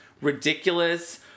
ridiculous